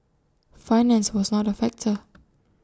finance was not A factor